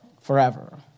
forever